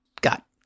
Got